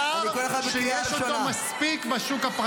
מכיסו לממן תוכן מיותר שיש ממנו מספיק בשוק הפרטי.